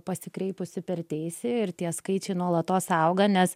pasikreipusi per teisė ir tie skaičiai nuolatos auga nes